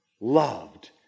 loved